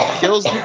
Kills